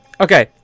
okay